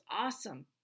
awesome